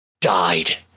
died